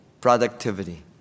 productivity